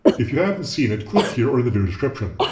if you haven't seen it, click here or in the video description.